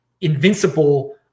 invincible